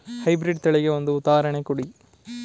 High breed ತಳಿಗೆ ಒಂದು ಉದಾಹರಣೆ ಕೊಡಿ?